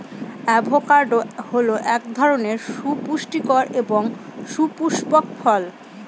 avocado হল এক ধরনের সুপুষ্টিকর এবং সপুস্পক ফল